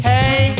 Hey